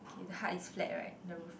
k the heart is flat right the roof